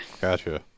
Gotcha